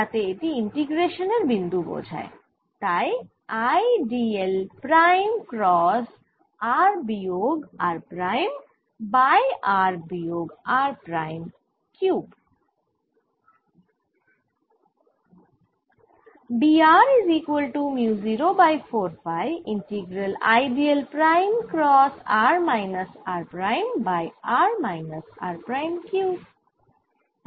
যাতে এটি ইন্টিগ্রেশান এর বিন্দু বোঝায় তাহলে I d l cross r বিয়োগ r প্রাইম বাই r বিয়োগ r প্রাইম কিউব